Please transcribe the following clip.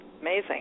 Amazing